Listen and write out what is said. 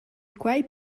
quei